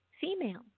Female